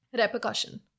repercussion